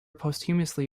posthumously